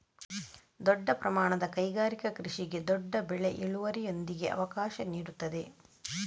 ದೊಡ್ಡ ಪ್ರಮಾಣದ ಕೈಗಾರಿಕಾ ಕೃಷಿಗೆ ದೊಡ್ಡ ಬೆಳೆ ಇಳುವರಿಯೊಂದಿಗೆ ಅವಕಾಶ ನೀಡುತ್ತದೆ